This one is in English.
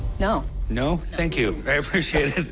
no. no? thank you. i appreciate it.